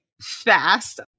fast